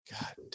god